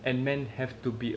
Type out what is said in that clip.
and men have to be